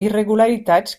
irregularitats